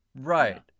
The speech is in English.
Right